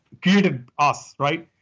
created us, right?